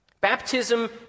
Baptism